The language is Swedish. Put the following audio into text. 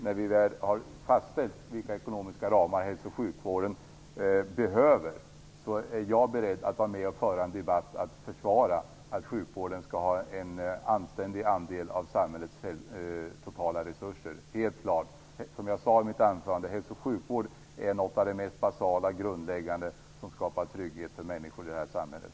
När vi väl har fastställt vilka ekonomiska ramar hälso och sjukvården behöver är jag beredd att vara med och föra en debatt för att försvara att sjukvården skall ha en anständig andel av samhällets totala resurser. Som jag sade i mitt anförande, är hälso och sjukvård något av det mest basala som skapar trygghet för människor i det här samhället.